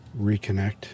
reconnect